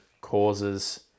causes